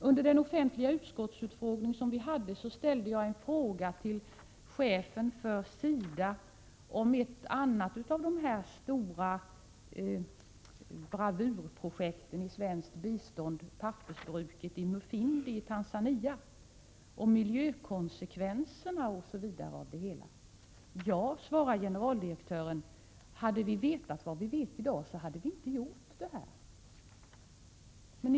Under den offentliga utskottsutfrågning vi hade med chefen för SIDA ställde jag en fråga om ett av de stora bravurprojekten i svenskt bistånd, pappersbruket i Mufindi i Tanzania och konsekvenserna för miljön av projektet osv. Generaldirektören svarade då: Hade vi vetat vad vi vet i dag, hade vi inte gjort detta.